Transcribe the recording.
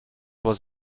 was